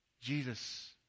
Jesus